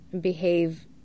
behave